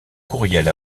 courriel